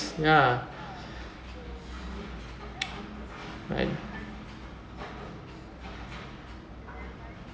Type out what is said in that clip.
ya right